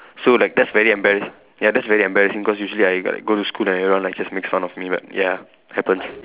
so like that's very embarrass ya that's very embarrassing cause usually I like go to school like everyone like just make fun of me but ya happens